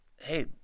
Hey